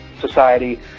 society